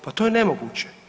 Pa to je nemoguće.